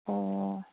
ꯑꯣ